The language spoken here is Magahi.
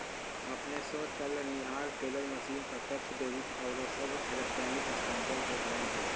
अपने स चलनिहार टेलर मशीन, प्रत्यक्ष डेबिट आउरो सभ इलेक्ट्रॉनिक स्थानान्तरण के उदाहरण हइ